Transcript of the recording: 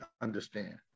understand